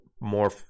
more